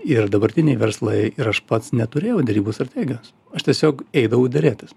ir dabartiniai verslai ir aš pats neturėjau derybų strategijos aš tiesiog eidavau derėtis